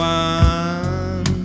one